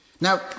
Now